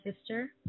sister